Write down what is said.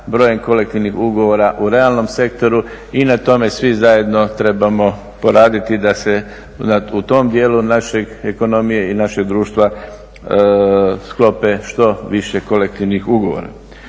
brojem kolektivnih ugovora u realnom sektoru i na tome svi zajedno trebamo poraditi da se u tom dijelu naše ekonomije i našeg društva sklope što više kolektivnih ugovora.